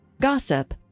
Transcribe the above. gossip